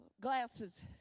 glasses